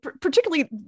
particularly